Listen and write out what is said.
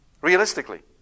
Realistically